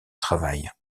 travail